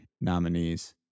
nominees